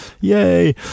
Yay